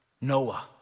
Noah